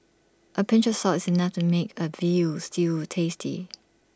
A pinch of salt is enough to make A Veal Stew tasty